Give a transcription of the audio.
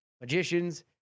magicians